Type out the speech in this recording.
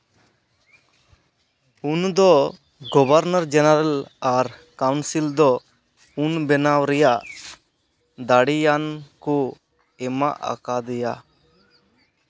ᱟᱹᱱ ᱫᱚ governor general ᱟᱨ ᱠᱟᱹᱣᱩᱱᱥᱤᱞ ᱫᱚ ᱩᱱ ᱵᱮᱱᱟᱣ ᱨᱮᱭᱟᱜ ᱫᱟᱲᱮᱭᱟᱱ ᱠᱚ ᱮᱢᱟᱜ ᱟᱠᱟᱫᱮᱭᱟ